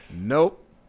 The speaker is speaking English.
Nope